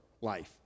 life